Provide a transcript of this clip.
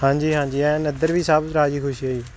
ਹਾਂਜੀ ਹਾਂਜੀ ਐਨ ਇੱਧਰ ਵੀ ਸਭ ਰਾਜ਼ੀ ਖੁਸ਼ੀ ਹੋਈ